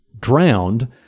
drowned